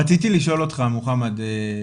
רציתי לשאול אותך, מוחמד,